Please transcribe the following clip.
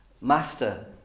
Master